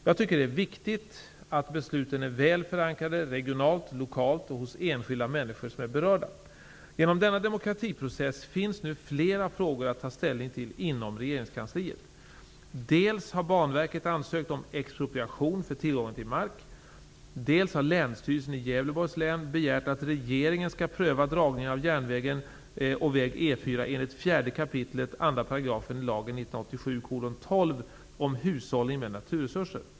Jag tycker att det är viktigt att besluten är väl förankrade regionalt, lokalt och hos enskilda människor som är berörda. Genom denna demokratiprocess finns nu flera frågor att ta ställning till inom regeringskansliet. Dels har Banverket ansökt om expropriation för tillgången till mark, dels har Länsstyrelsen i 2 § lagen om hushållning med naturresurser.